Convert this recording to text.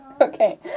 Okay